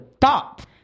thought